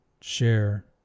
share